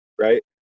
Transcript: right